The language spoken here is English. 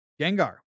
Gengar